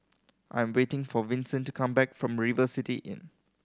I am waiting for Vinson to come back from River City Inn